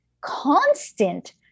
constant